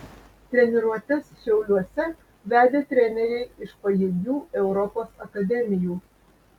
treniruotes šiauliuose vedė treneriai iš pajėgių europos akademijų